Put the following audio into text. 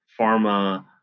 pharma